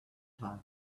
time